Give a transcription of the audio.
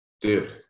Dude